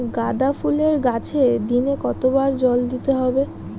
গাদা ফুলের গাছে দিনে কতবার জল দিতে হবে?